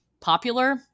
popular